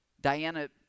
Diana